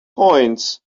points